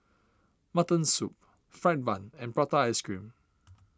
Mutton Soup Fried Bun and Prata Ice Cream